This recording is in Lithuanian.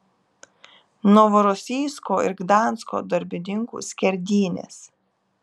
novorosijsko ir gdansko darbininkų skerdynės